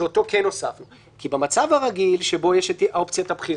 שר או סגן שר שהיה חבר הכנסת והפסיק את חברותו בכנסת לפי סעיף זה וחבר